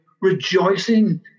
rejoicing